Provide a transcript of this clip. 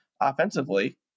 offensively